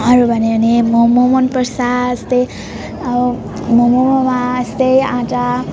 अरू भन्यो भने मम मन पर्छ जस्तै मममा जस्तै आँटा